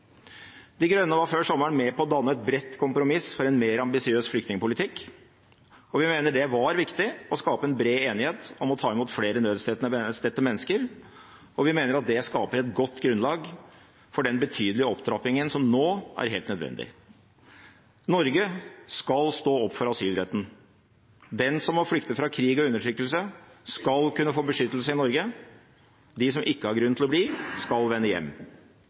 De Grønne var før sommeren med på å danne et bredt kompromiss for en mer ambisiøs flyktningpolitikk. Vi mener det var viktig å skape en bred enighet om å ta imot flere nødstedte mennesker, og vi mener det skaper et godt grunnlag for den betydelige opptrappingen som nå er helt nødvendig. Norge skal stå opp for asylretten. De som må flykte fra krig og undertrykkelse, skal kunne få beskyttelse i Norge. De som ikke har grunn til å bli, skal vende hjem.